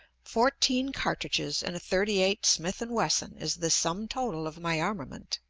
fourteen cartridges and a thirty eight smith and wesson is the sum total of my armament.